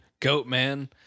Goatman